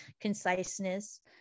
conciseness